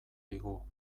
digu